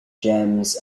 gems